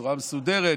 בצורה מסודרת,